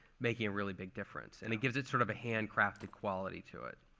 making a really big difference. and it gives it sort of a handcrafted quality to it.